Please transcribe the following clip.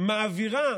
מעבירה